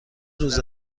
روز